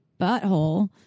butthole